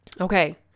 Okay